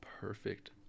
perfect